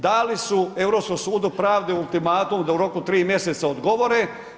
Dali su Europskom sudu pravde ultimatum da u roku od 3 mjeseca odgovore.